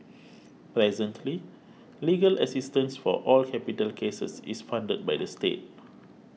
presently legal assistance for all capital cases is funded by the state